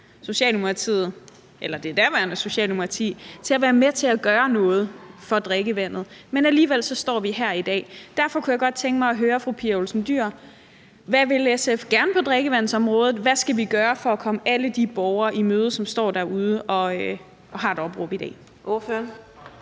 forrest og fik presset det daværende Socialdemokrati til at være med til at gøre noget for drikkevandet. Men alligevel står vi her i dag. Derfor kunne jeg godt tænke mig at høre fru Pia Olsen Dyhr, hvad SF gerne vil på drikkevandsområdet, og hvad vi skal gøre for at komme alle de borgere i møde, som står derude og har et opråb i dag.